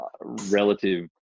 relative